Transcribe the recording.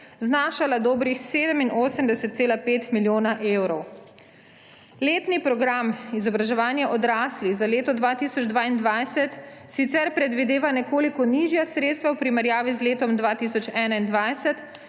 znašala dobrih 87,5 milijona evrov. Letni program izobraževanja odraslih za leto 2022 sicer predvideva nekoliko nižja sredstva v primerjavi z letom 2021,